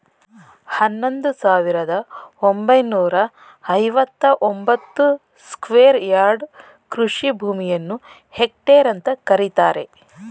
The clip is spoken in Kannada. ಹನ್ನೊಂದು ಸಾವಿರದ ಒಂಬೈನೂರ ಐವತ್ತ ಒಂಬತ್ತು ಸ್ಕ್ವೇರ್ ಯಾರ್ಡ್ ಕೃಷಿ ಭೂಮಿಯನ್ನು ಹೆಕ್ಟೇರ್ ಅಂತ ಕರೀತಾರೆ